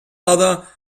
other